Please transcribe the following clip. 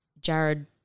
Jared